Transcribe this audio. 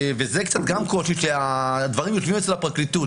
וזה גם קצת קושי שהדברים יושבים אצל הפרקליטות.